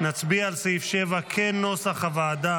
נצביע על סעיף 7 כנוסח הוועדה